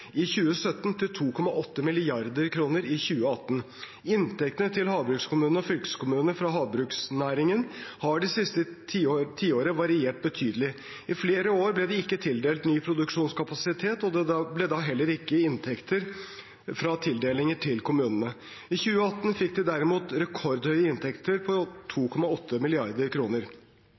i 2017 til 2,8 mrd. kr i 2018. Inntektene til havbrukskommunene og fylkeskommunene fra havbruksnæringen har de siste 10 årene variert betydelig. I flere år ble det ikke tildelt ny produksjonskapasitet, og da ble det heller ikke inntekter fra tildelinger til kommunene. I 2018 fikk de derimot rekordhøye inntekter på 2,8